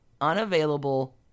unavailable